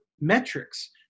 metrics